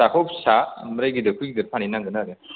फिसाखौ फिसा ओमफ्राय गिदिरखौ गिदिर फानहैनांगोन आरो